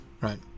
right